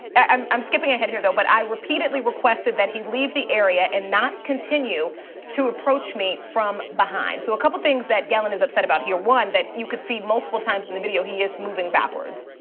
and i'm skipping ahead here, though, but i repeatedly requested that he leave the area and not continue to approach me from behind. so a couple of things that gelin is upset about here, one, that you could see multiple times from and the video he is moving backwards,